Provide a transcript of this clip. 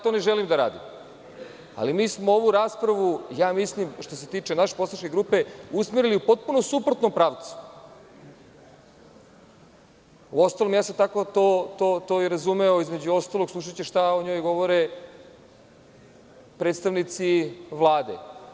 To ne želim da radim, ali mi smo ovu raspravu, mislim, što se tiče naše poslaničke grupe, usmerili potpuno u suprotnom pravcu, uostalom tako sam to i razumeo, između ostalog, slušaću šta o njoj govore predstavnici Vlade.